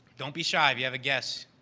don't be shy if you have a guess.